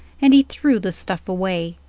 and he threw the stuff away.